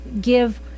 give